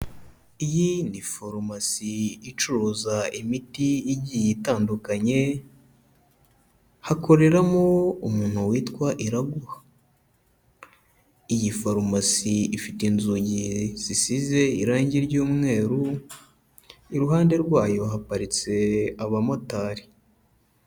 Iyi ni farumasi icuruza imiti igiye itandukanye, hakoreramo umuntu witwa Iraguha. Iyi farumasi ifite inzugi zisize irangi ry'umweru, iruhande rwayo haparitse abamotari.